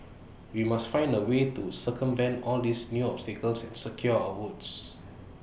we must find A way to circumvent all these new obstacles and secure our votes